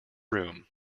room